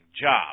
job